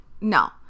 no